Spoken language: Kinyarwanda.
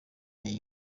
iyi